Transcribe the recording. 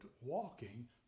walking